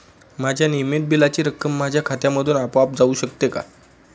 माझ्या नियमित बिलाची रक्कम माझ्या खात्यामधून आपोआप जाऊ शकते का?